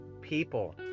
people